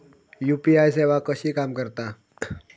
UPI सेवा कशी काम करता?